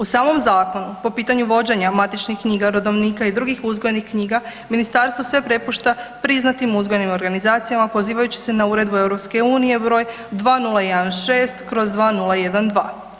U samom zakonu po pitanju vođenja matičnih knjiga, rodovnika i drugih uzgojnih knjiga ministarstvo sve prepušta priznatim uzgojnim organizacijama pozivajući se na uredbu EU br. 2016/2012.